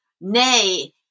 nay